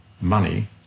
money